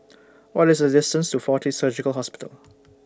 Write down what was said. What IS The distance to Fortis Surgical Hospital